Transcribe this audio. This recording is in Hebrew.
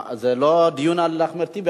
זה לא דיון על אחמד טיבי.